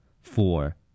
four